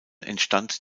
entstand